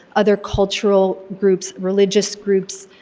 other cultural groups, religious groups,